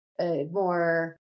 more